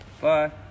Bye